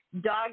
dog